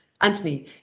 Anthony